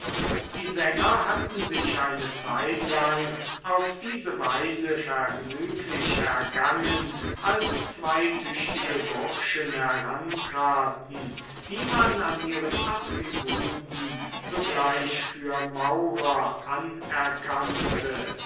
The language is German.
die sänger hatten sich eine zeitlang auf diese weise vergnüglich ergangen als zwei tüchtige bursche herantraten die man an ihren attributen sogleich für maurer anerkannte